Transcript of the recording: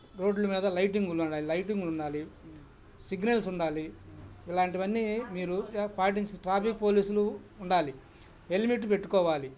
రోడ్లు మీద లైటింగులుండాలి లైటింగ్ ఉండాలి సిగ్నల్స్ ఉండాలి ఇలాంటివన్నీ మీరు పాటించి ట్రాఫిక్ పోలీసులు ఉండాలి హెల్మెట్ పెట్టుకోవాలి